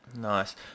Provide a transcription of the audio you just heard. Nice